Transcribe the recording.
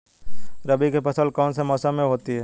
रबी की फसल कौन से मौसम में होती है?